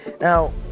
Now